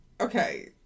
Okay